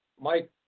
Mike